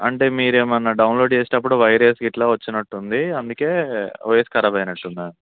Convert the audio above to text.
అంటే మీరు ఏమన్న డౌన్లోడ్ చేసేటప్పుడు వైరస్ గిట్ల వచ్చినట్టుంది అందుకు ఓఎస్ కరాబ్ అయినట్టు ఉన్నదండి